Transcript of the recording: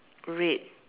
red